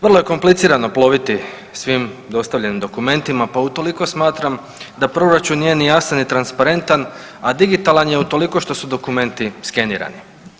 Vrlo je komplicirano ploviti svim dostavljenim dokumentima, pa utoliko smatram da proračun nije ni jasan ni transparentan, a digitalan je utoliko što su dokumenti skenirani.